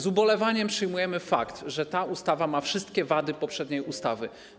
Z ubolewaniem przyjmujemy fakt, że ta ustawa ma wszystkie wady poprzedniej ustawy.